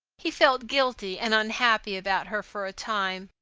he felt guilty and unhappy about her for a time,